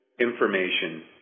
information